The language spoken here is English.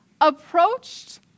approached